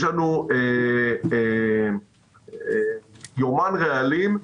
יש לנו יומן רעלים,